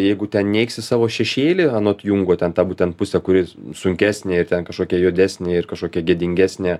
jeigu ten neigsi savo šešėlį anot jungo ten būtent pusę kuris sunkesnėj ir ten kažkokia juodesnė ir kažkokia gėdingesnė